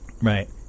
Right